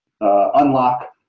unlock